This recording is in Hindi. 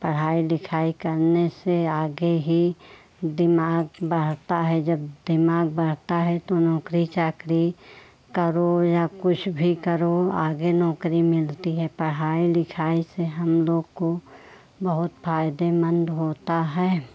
पढ़ाई लिखाई करने से आगे ही दिमाग़ बढ़ता है जब दिमाग़ बढ़ता है तो नौकरी चाकरी करो या कुछ भी करो आगे नौकरी मिलती है पढ़ाई लिखाई से हम लोग को बहुत फ़ायदेमंद होता है